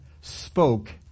spoke